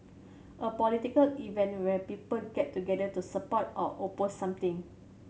a political event where people get together to support or oppose something